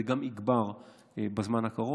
וזה גם יגבר בזמן הקרוב.